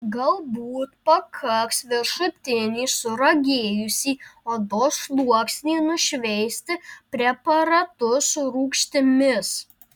galbūt pakaks viršutinį suragėjusį odos sluoksnį nušveisti preparatu su rūgštimis